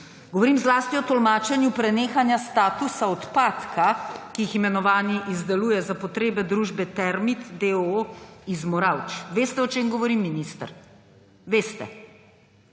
Govorim zlasti o tolmačenju prenehanja statusa odpadka, ki jih imenovani izdeluje za potrebe družbe Termit, d. d., iz Moravč. Veste, o čem govorim, minister? Veste!